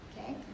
okay